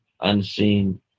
unseen